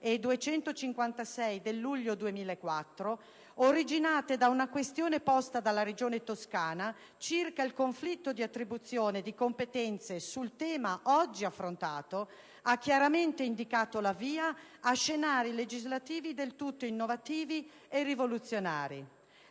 e 256 del luglio 2004, originate da una questione posta dalla Regione Toscana circa il conflitto di attribuzione di competenze sul tema oggi affrontato, ha chiaramente indicato la via a scenari legislativi del tutto innovativi e rivoluzionari.